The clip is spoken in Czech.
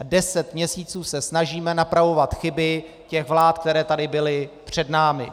Deset měsíců se snažíme napravovat chyby těch vlád, které tady byly před námi.